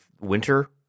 winter